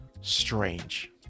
strange